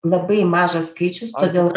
labai mažas skaičius todėl